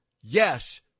yes